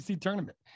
tournament